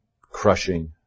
crushing